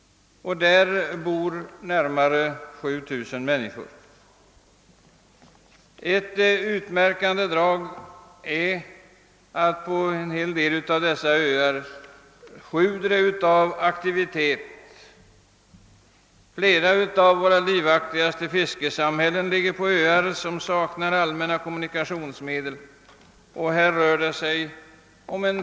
Där bor närmare 7000 människor. Ett utmärkande drag är att på en hel del av dessa öar sjuder det av aktivitet. Flera av våra livaktigaste fiskesamhällen ligger på öar som saknar allmänna kommunikationsmedel.